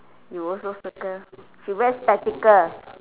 you also circle she wear spectacle